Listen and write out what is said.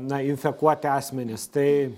na infekuoti asmenys tai